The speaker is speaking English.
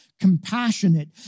compassionate